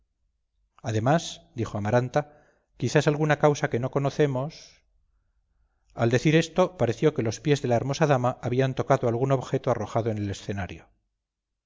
además dijo amaranta quizás alguna causa que no conocemos al decir esto pareció que los pies de la hermosa dama habían tocado algún objeto arrojado en el escenario